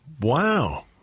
Wow